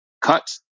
cut